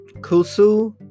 kusu